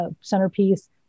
centerpiece